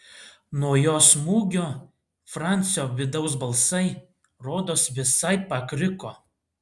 nuo jo smūgių francio vidaus balsai rodos visai pakriko